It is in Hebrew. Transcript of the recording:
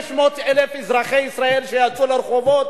500,000 אזרחי ישראל שיצאו לרחובות